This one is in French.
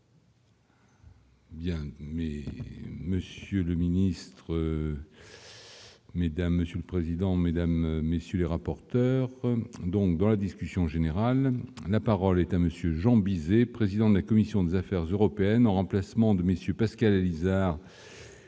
Bien, mais Monsieur le ministre. Mesdames, monsieur le président, Mesdames, messieurs les rapporteurs donc dans la discussion générale, la parole est à monsieur Jean Bizet, président de la commission des affaires européennes, en remplacement de messieurs Pascal Alizart